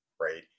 right